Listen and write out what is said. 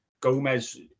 Gomez